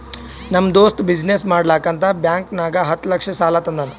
ನಮ್ ದೋಸ್ತ ಬಿಸಿನ್ನೆಸ್ ಮಾಡ್ಲಕ್ ಅಂತ್ ಬ್ಯಾಂಕ್ ನಾಗ್ ಹತ್ತ್ ಲಕ್ಷ ಸಾಲಾ ತಂದಾನ್